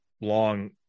long